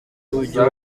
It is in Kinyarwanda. ujya